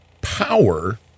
power